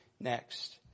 next